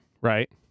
right